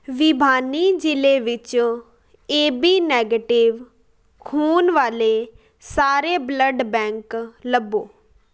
ਭਿਵਾਨੀ ਜ਼ਿਲ੍ਹੇ ਵਿੱਚ AB negative ਖੂਨ ਵਾਲੇ ਸਾਰੇ ਬਲੱਡ ਬੈਂਕ ਲੱਭੋ